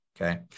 Okay